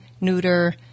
neuter